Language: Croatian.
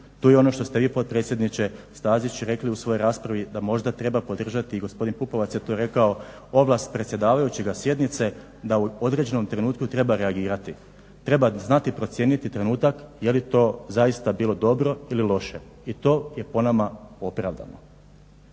to je ono što ste vi potpredsjedniče Stazić rekli u svojoj raspravi da možda treba podržati, i gospodin Pupovac je to rekao, ovlast predsjedavajućega sjednice da u određenom trenutku treba reagirati, treba znati procijeniti trenutak je li to zaista bilo dobro ili loše i to je po nama opravdano.